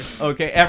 Okay